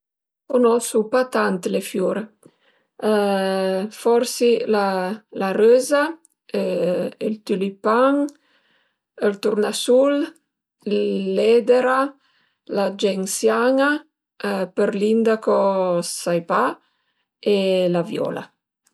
Cunosu pa tant le fiur forsi la röza, ël tülipan, ël turnasul, l'edera, la gensian-a, për l'indaco sai pa e la viola